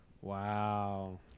Wow